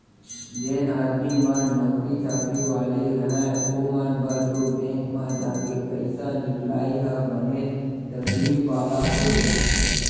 जेन आदमी मन नौकरी चाकरी वाले रहय ओमन बर तो बेंक म जाके पइसा निकलाई ह बनेच तकलीफ वाला होय